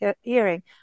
hearing